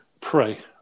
pray